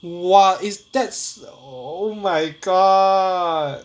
!wah! it that's oh my god